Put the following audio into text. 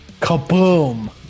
Kaboom